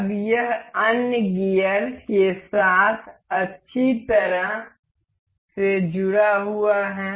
अब यह अन्य गियर के साथ अच्छी तरह से जुड़ा हुआ है